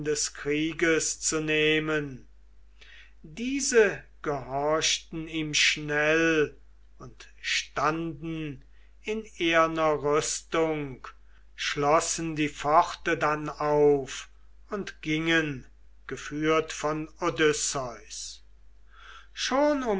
des krieges zu nehmen diese gehorchten ihm schnell und standen in eherner rüstung schlossen die pforte dann auf und gingen geführt von odysseus schon